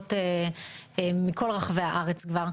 שמגיעות מכל רחבי הארץ כבר,